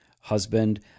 husband